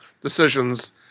decisions